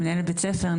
מנהלת בית ספר,